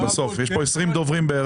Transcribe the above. יש כאן כ-20 דוברים.